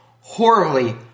horribly